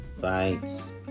Fights